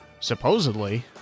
Supposedly